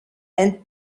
and